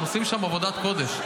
הם עושים שם עבודת קודש.